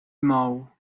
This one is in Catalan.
mou